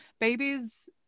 babies